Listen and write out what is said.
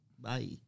Bye